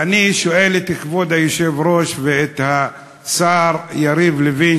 ואני שואל את כבוד היושב-ראש ואת השר יריב לוין,